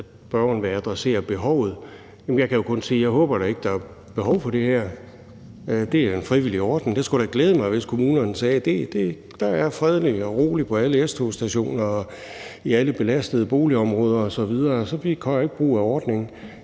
at spørgeren vil adressere behovet. Jamen jeg kan jo kun sige, at jeg da ikke håber, der er behov for det her. Det er en frivillig ordning. Det skulle da glæde mig, hvis kommunerne sagde: Der er fredeligt og roligt på alle S-togsstationer, i alle belastede boligområder osv., så vi gør ikke brug af ordningen.